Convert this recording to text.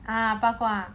ah 八卦